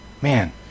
Man